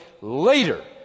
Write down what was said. later